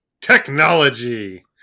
Technology